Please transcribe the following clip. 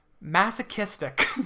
masochistic